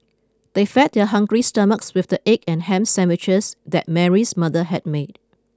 they fed their hungry stomachs with the egg and ham sandwiches that Mary's mother had made